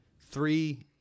three